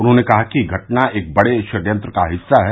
उन्होंने कहा कि घटना एक बड़े षड्यंत्र का हिस्सा है